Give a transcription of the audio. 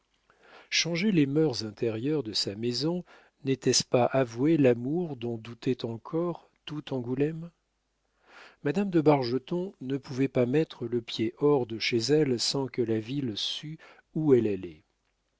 changer les mœurs intérieures de sa maison n'était-ce pas avouer l'amour dont doutait encore tout angoulême madame de bargeton ne pouvait pas mettre le pied hors de chez elle sans que la ville sût où elle allait